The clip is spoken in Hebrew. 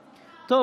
המיקרופון?